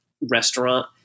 restaurant